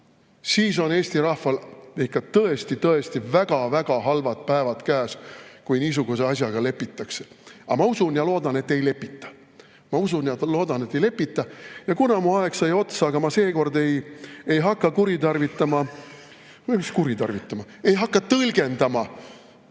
Siis on Eesti rahval ikka tõesti-tõesti väga-väga halvad päevad käes, kui niisuguse asjaga lepitakse. Aga ma usun ja loodan, et ei lepita. Ma usun ja loodan, et ei lepita! Kuna mu aeg sai otsa, aga ma seekord ei hakka kuritarvitama – või mis kuritarvitama? –, ei hakka tõlgendama